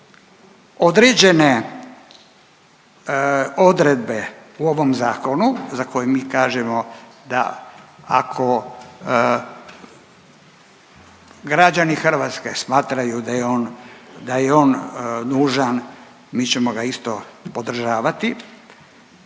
određene odredbe u ovom zakonu za koji mi kažemo da ako građani Hrvatske smatraju da je on nužan mi ćemo ga isto podržavati.